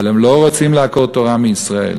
אבל הם לא רוצים לעקור תורה מישראל,